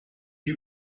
you